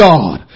God